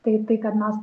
tai tai kad mes